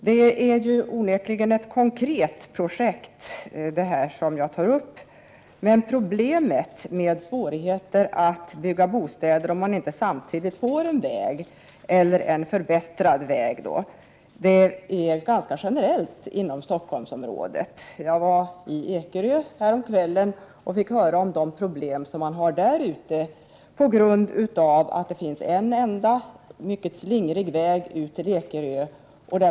Det jag tar upp är onekligen ett konkret projekt, där man har problem med att bygga bostäder, om man inte samtidigt får en väg eller en förbättrad väg. Dessa problem är emellertid ganska generella inom Stockholmsområdet. Jag var i Ekerö häromkvällen och fick höra om Ekerös problem. Man har en enda, mycket slingrig och dålig väg ut till Ekerö.